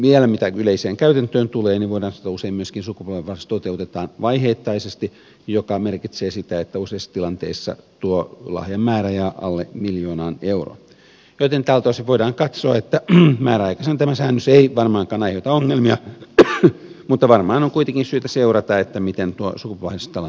vielä mitä yleiseen käytäntöön tulee voidaan sanoa että usein myöskin sukupolvenvaihdos toteutetaan vaiheittaisesti mikä merkitsee sitä että useissa tilanteissa tuo lahjan määrä jää alle miljoonaan euroon joten tältä osin voidaan katsoa että määräaikaisena tämä säännös ei varmaankaan aiheuta ongelmia mutta varmaan on kuitenkin syytä seurata miten tuo sukupolvenvaihdostilanne kehittyy